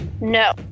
No